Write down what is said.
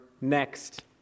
next